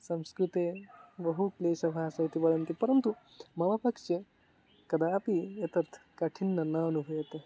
संस्कृतं बहु क्लेशभाषा इति वदन्ति परन्तु मम पक्षे कदापि एषा कठिना न अनुभूयते